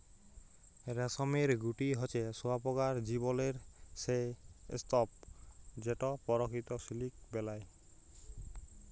রেশমের গুটি হছে শুঁয়াপকার জীবলের সে স্তুপ যেট পরকিত সিলিক বেলায়